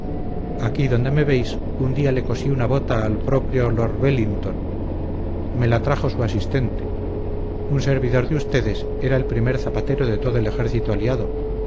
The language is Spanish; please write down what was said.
aquí donde me veis un día le cosí una bota al propio lor vellinton me la trajo su asistente un servidor de ustedes era el primer zapatero de todo el ejército aliado